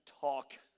talk